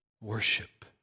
worship